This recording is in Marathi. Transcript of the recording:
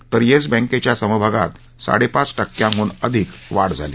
तर येस बँकेच्या समभागात साडे पाच टक्क्यांहन अधिक वाढ झाली